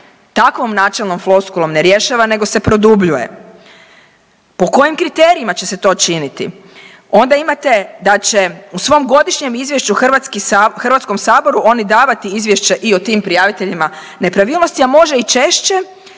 takvom načelnom floskulom ne rješava nego se produbljuje. Po kojim kriterijima će se to činiti? Onda imate da će u svom godišnjem izvješću Hrvatski sabor, Hrvatskom saboru oni davati izvješće i o tim prijaviteljima nepravilnostima, a može i češće